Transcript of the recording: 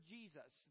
Jesus